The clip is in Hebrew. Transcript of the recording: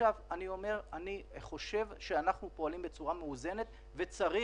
אני חושב שאנחנו פועלים בצורה מאוזנת וצריך,